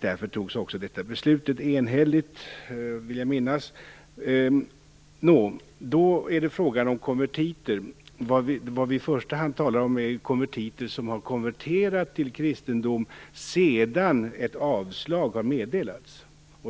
Därför togs också beslut i enlighet därmed. Jag vill minnas att det var enhälligt. När det gäller konvertiter talar vi i första hand om sådana som har övergått till kristendom sedan ett avslag har meddelats.